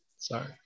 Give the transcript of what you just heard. Sorry